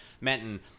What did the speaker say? Menton